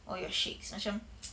all your shakes macam